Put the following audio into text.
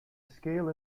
scale